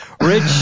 Rich